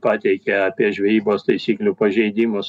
pateikė apie žvejybos taisyklių pažeidimus